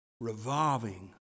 revolving